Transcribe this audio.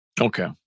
Okay